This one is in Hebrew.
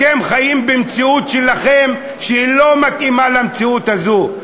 אתם חיים במציאות משלכם, שלא מתאימה למציאות הזאת.